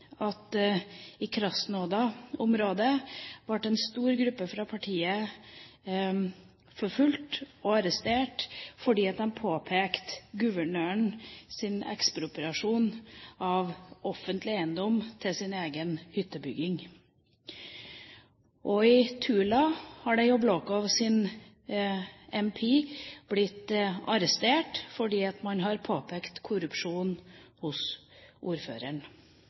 i Krasnodar-området å bli forfulgt og arrestert fordi de påpekte guvernørens ekspropriasjon av offentlig eiendom til sin egen hyttebygging. Og i Tula har Yablokos parlamentsmedlem blitt arrestert fordi han har påpekt korrupsjon hos ordføreren.